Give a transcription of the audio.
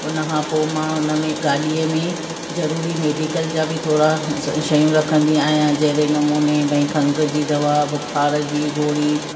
उन खां पोइ मां उन में गाॾीअ में ज़रूरी मेडिकल जा बि थोरा शयूं रखंदी आहियां जहिड़े नमूने भई खंघि जी दवा बुख़ार जी गोरी